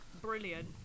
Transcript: brilliant